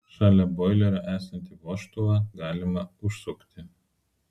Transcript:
šalia boilerio esantį vožtuvą galima užsukti